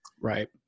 Right